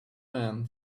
man